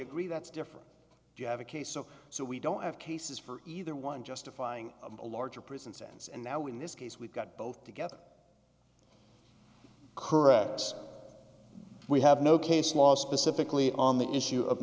agree that's different you have a case so so we don't have cases for either one justifying a larger prison sentence and now in this case we've got both together correct we have no case law specifically on the issue of